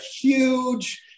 huge